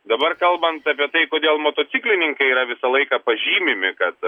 dabar kalbant apie tai kodėl motociklininkai yra visą laiką pažymimi kad